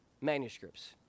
manuscripts